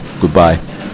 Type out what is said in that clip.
goodbye